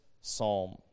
psalm